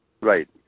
Right